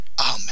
Amen